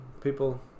People